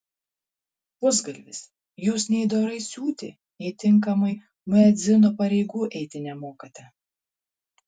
pusgalvis jūs nei dorai siūti nei tinkamai muedzino pareigų eiti nemokate